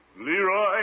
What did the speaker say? Leroy